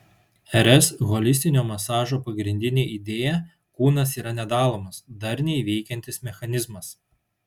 rs holistinio masažo pagrindinė idėja kūnas yra nedalomas darniai veikiantis mechanizmas